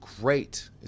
great –